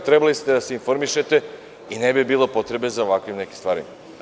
Trebali ste da se informišete i ne bi bilo potrebe za ovakvim stvarima.